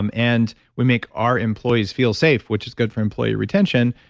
um and we make our employees feel safe, which is good for employee retention.